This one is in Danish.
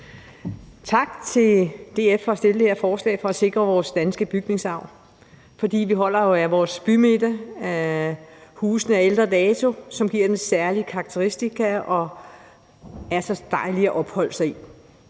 Tak til DF for at fremsætte det her forslag om at sikre vores danske bygningsarv. Vi holder jo af vores bymidte og husene af ældre dato, som giver et særligt karakteristika og er så dejlige at opholde sig i.